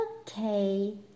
Okay